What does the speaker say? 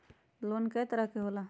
Loan कय तरह के होला?